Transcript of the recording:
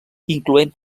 incloent